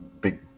big